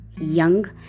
young